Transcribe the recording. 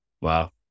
wow